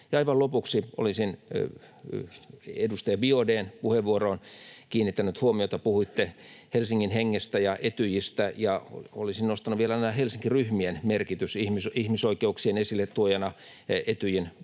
aivan lopuksi olisin edustaja Biaudet’n puheenvuoroon kiinnittänyt huomiota. Puhuitte Helsingin hengestä ja Etyjistä, ja olisin nostanut vielä näiden Helsinki-ryhmien merkitystä ihmisoikeuksien esille tuojana Etyjin kokouksen